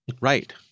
Right